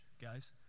guys